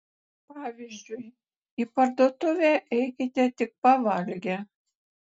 pavyzdžiui į parduotuvę eikite tik pavalgę